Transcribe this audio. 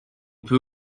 peut